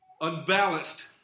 unbalanced